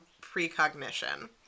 precognition